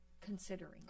Considering